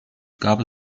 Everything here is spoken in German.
gab